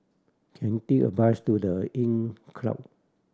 can a bus to The Inncrowd